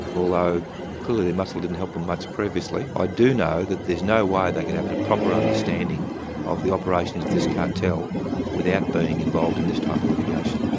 although clearly the muscle didn't help them much previously. i do know that there's no way they could have the proper understanding of the operations of this cartel without being involved in this type of litigation.